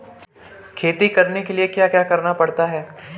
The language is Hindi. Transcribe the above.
खेती करने के लिए क्या क्या करना पड़ता है?